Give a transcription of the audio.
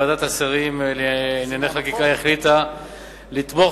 ועדת השרים לענייני חקיקה החליטה לתמוך